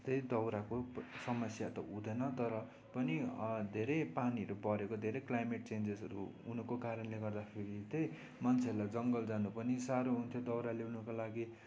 त्यही दाउराको समस्या त हुँदैन तर पनि धेरै पानीहरू परेको धेरै क्लाइमेट चेन्जेसहरू हुनुको कारणले गर्दाखेरि त्यही मान्छेहरूलाई जङ्गल जानु पनि साह्रो हुन्थ्यो दाउरा ल्याउनुको लागि